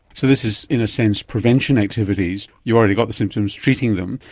so this is, in a sense, prevention activities. you've already got the symptoms, treating them.